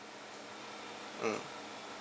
mm